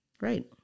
Right